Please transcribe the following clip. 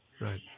Right